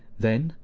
then,